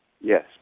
Yes